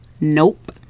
nope